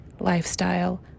Lifestyle